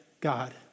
God